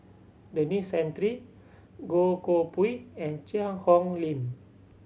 Denis Santry Goh Koh Pui and Cheang Hong Lim